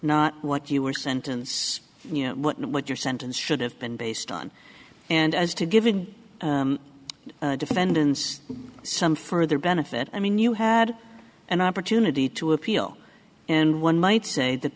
not what you were sentence you know what your sentence should have been based on and as to giving the defendants some further benefit i mean you had an opportunity to appeal and one might say that